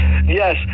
Yes